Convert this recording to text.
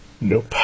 Nope